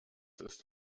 ist